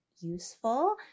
useful